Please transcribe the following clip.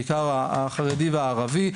בעיקר החרדי והערבי,